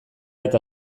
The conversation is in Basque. eta